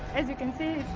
as you can see,